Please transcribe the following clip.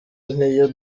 niyo